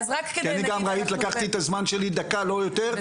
כי אני גם ראית לקחתי את הזמן שלי דקה לא יותר,